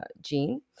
gene